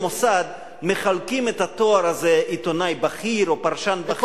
מוסד מחלקים את התואר הזה "עיתונאי בכיר" או "פרשן בכיר".